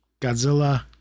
Godzilla